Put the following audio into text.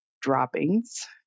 droppings